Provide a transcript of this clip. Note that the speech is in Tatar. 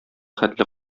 хәтле